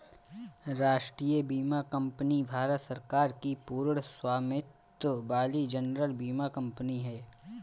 राष्ट्रीय बीमा कंपनी भारत सरकार की पूर्ण स्वामित्व वाली जनरल बीमा कंपनी है